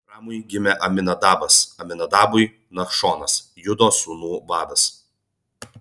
ramui gimė aminadabas aminadabui nachšonas judo sūnų vadas